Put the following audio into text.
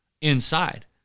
inside